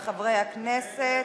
של חברי הכנסת